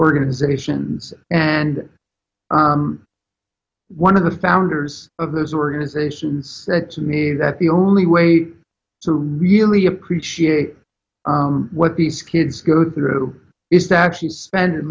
organizations and one of the founders of those organizations said to me that the only way to really appreciate what these kids go through is to actually spend at